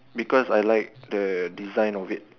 because I like the design of it